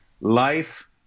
life